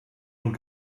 und